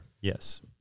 yes